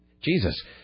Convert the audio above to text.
Jesus